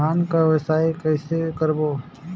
धान कौन व्यवसाय कइसे करबो?